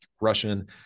Russian